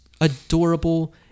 adorable